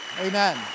Amen